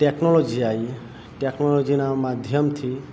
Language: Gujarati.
ટેકનોલોજી આવી ટેકનોલોજીના માધ્યમથી